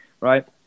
Right